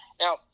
Now